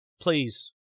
please